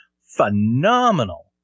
phenomenal